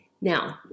Now